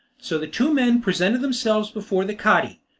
so the two men presented themselves before the cadi,